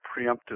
preemptive